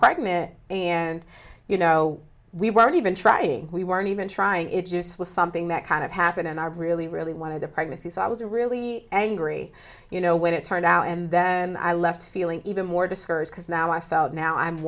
mitt and you know we weren't even trying we weren't even trying it just was something that kind of happened and i really really wanted a pregnancy so i was really angry you know when it turned out and then i left feeling even more discouraged because now i felt now i'm